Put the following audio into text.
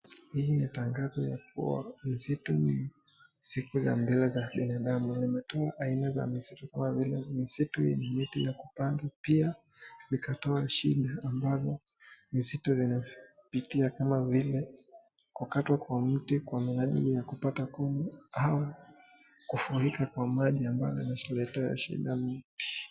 Hii ni tangazo ya kuwa msitu ni siku ya mbele za binadamu. Limetoa aina za misitu kama vile misitu yenye miti ya kupangwa. Pia likatoa shida ambazo misitu zinapitia kama vile kukatwa kwa mti kwa minajili ya kupata kuni au kufurika kwa maji ambayo yanaletea shida mti.